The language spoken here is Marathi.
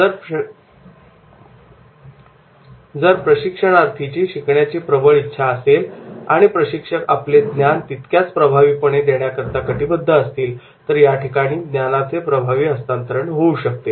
जर प्रशिक्षणार्थीची शिकण्याची प्रबळ इच्छा असेल आणि प्रशिक्षक आपले ज्ञान तितक्याच प्रभावीपणे देण्याकरता कटिबद्ध असतील तर या ठिकाणी ज्ञानाचे प्रभावी हस्तांतरण होऊ शकते